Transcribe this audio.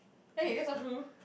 eh that's not true